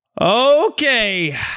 Okay